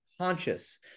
conscious